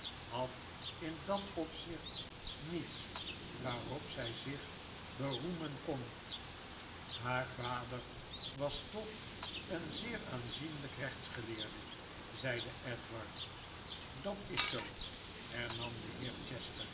had in dat opzicht niets waarop zij zich beroemen kon haar vader was toch een zeer aanzienlijk rechtsgeleerde zeide edward dat is zoo hernam de